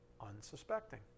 Unsuspecting